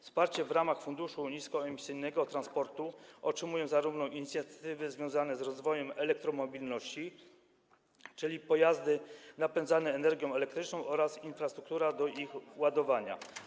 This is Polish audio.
Wsparcie w ramach Funduszu Niskoemisyjnego Transportu otrzymają inicjatywy związane z rozwojem elektromobilności, czyli pojazdy napędzane energią elektryczną oraz infrastruktura do ich ładowania.